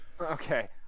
Okay